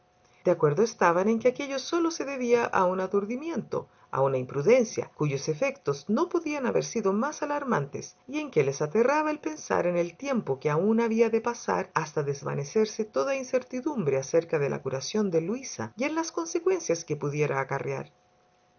de acuerdo estaban en que aquello sólo se debía a un aturdimiento a una imprudencia cuyos efectos no podían haber sido más alarmantes y en que les aterraba el pensar en el tiempo que aun había de pasar hasta desvanecerse toda incertidumbre acerca de la curación de luisa y en las consecuencias que pudiera acarrear el